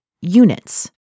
units